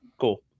Cool